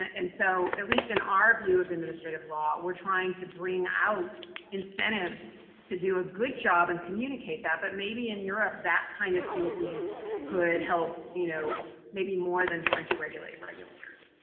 and so, at least in our view of administrative law, we're trying to bring out incentives to do a good job and communicate that. but, maybe in europe, that kind of thinking could help you know maybe more than trying to regulate regulators.